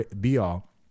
be-all